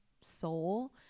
soul